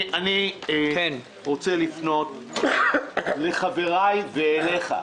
אני רוצה לפנות לחבריי ואליך.